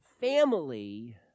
Family